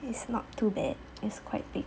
it's not too bad it's quite thick